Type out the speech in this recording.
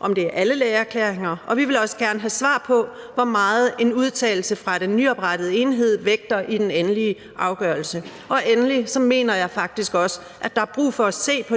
om det er alle lægeerklæringer, og vi vil også gerne have svar på, hvor meget en udtalelse fra den nyoprettede enhed vægter i den endelige afgørelse, og endelig mener jeg faktisk også, der er brug for at se på